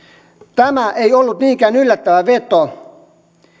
tämä ei ollut niinkään yllättävä veto